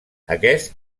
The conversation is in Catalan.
aquest